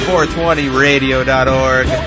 420radio.org